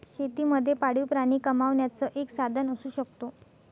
शेती मध्ये पाळीव प्राणी कमावण्याचं एक साधन असू शकतो